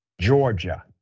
Georgia